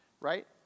right